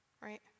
right